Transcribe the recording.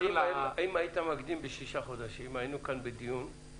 לה --- אם היית מקדים בשישה חודשים היינו עכשיו בדיון אחר.